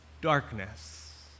Darkness